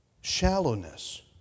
Shallowness